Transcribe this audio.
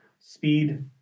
speed